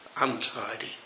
untidy